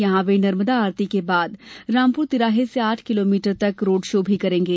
यहां वे नर्मदा आरती के बाद रामपुर तिराहे से आठ किलोमीटर तक रोड शो भी करेंगे